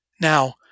Now